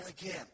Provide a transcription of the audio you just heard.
again